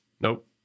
Nope